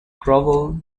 grovel